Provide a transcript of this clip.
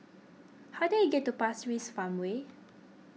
how do I get to Pasir Ris Farmway